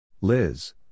Liz